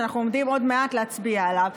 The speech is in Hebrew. שאנחנו עומדים עוד מעט להצביע עליו,